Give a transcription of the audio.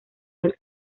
del